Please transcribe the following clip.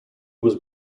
was